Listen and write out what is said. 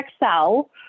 Excel